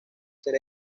ser